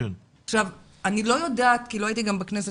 אני לא יודעת כי לא הייתי גם בכנסת,